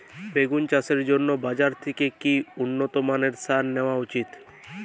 বেগুন চাষের জন্য বাজার থেকে কি উন্নত মানের সার কিনা উচিৎ?